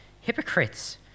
hypocrites